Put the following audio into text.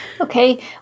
Okay